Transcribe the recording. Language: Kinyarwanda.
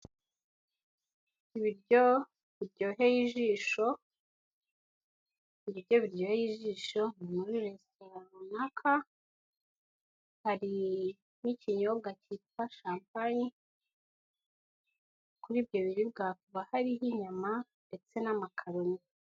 Ibiryo biryoheye ijisho, ibiryo biryoheye ijisho ni muri resitora runaka, hari nk'ikinyobwa cyitwa shampanye, kuri ibyo biribwa hakaba hariho inyama ndetse n'amakaroni.